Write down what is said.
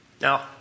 Now